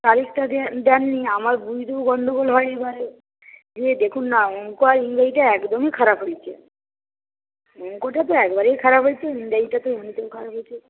তারিখটা দেন নি আমার বুঝতেও গন্ডগোল হয় এইবারে দিয়ে দেখুন না অঙ্ক আর ইংরেজিটা একদমই খারাপ হয়েছে অঙ্কটা তো একবারেই খারাপ হয়েছে ইংরেজিটা খারাপ হয়েছে